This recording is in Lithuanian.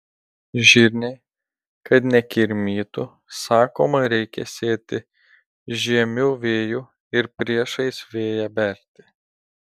žirniai kad nekirmytų sakoma reikia sėti žiemiu vėju ir priešais vėją berti